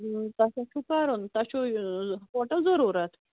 تۄہہِ کیٛاہ چھُو کَرُن تۄہہِ چھُو ہوٹل ضروٗرت